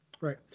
Right